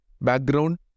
background